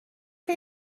chi